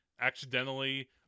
accidentally